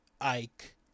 Ike